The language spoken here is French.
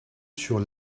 sur